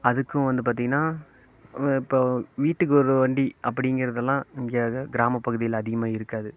அதுக்கும் வந்து பார்த்திங்கனா இப்போ வீட்டுக்கு ஒரு வண்டி அப்படிங்குறதுலாம் இங்கே கிராமப்பகுதியில் அதிகமாக இருக்காது